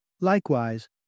Likewise